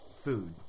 food